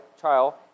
trial